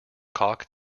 cock